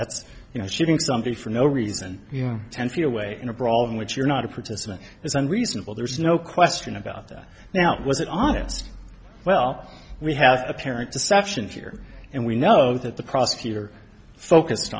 that's you know shooting somebody for no reason you know ten feet away in a brawl in which you're not a participant is unreasonable there's no question about that now was it honest well we have a parent deception here and we know that the prosecutor focus